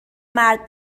مرد